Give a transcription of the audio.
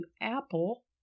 Apple